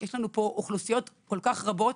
יש לנו פה אוכלוסיות כל כך רבות